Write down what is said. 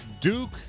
Duke